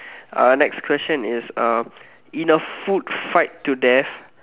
uh next question is uh in a food fight to death